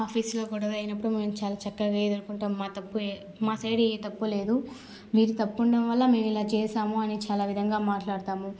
ఆఫీసులో గొడవైనప్పుడు మేము చాలా చక్కగా ఎదుర్కొంటాం మా తప్పు మా సైడ్ ఏ తప్పు లేదు మీరు తప్పు ఉండడం వల్ల మేము ఇలా చేశాము అని చాలా విదంగా మాట్లాడుతాము